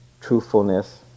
truthfulness